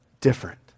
different